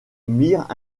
mirent